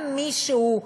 גם מי שהוא,